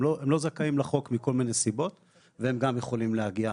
הם לא זכאים לחוק סיעוד מכל מני סיבות והם גם יכולים להגיע.